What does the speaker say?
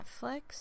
Netflix